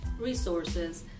resources